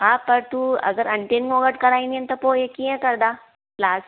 हा पर तूं अगिर अंटिनि मूं वटि कराईंदीअनि पोइ हे कीअं कंदा क्लास